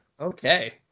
Okay